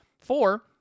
Four